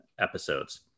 episodes